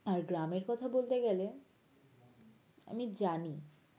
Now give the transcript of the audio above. আর গ্রামের কথা বলতে গেলে আমি জানি